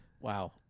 Wow